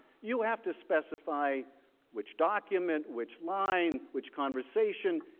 you have to specify which document, which line, which conversation.